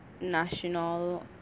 national